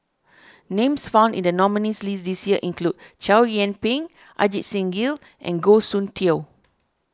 names found in the nominees' list this year include Chow Yian Ping Ajit Singh Gill and Goh Soon Tioe